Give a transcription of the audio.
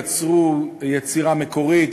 ייצרו יצירה מקורית,